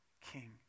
king